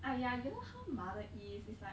!aiya! you know how mother is it's like